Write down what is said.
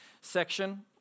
section